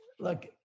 Look